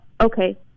okay